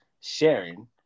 sharing